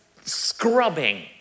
scrubbing